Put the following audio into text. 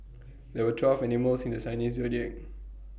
there are twelve animals in the Chinese Zodiac